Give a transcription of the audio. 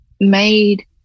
made